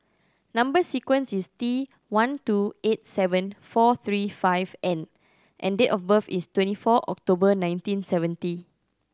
number sequence is T one two eight seven four three five N and date of birth is twenty four October nineteen seventy